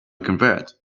convert